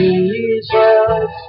Jesus